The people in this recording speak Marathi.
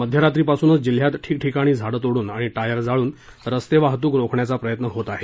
मध्यरात्रीपासूनच जिल्ह्यात ठिकठिकाणी झाडं तोडून आणि टायर जाळून रस्ते वाहतूक रोखण्याचा प्रयत्न होत आहे